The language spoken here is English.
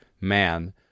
man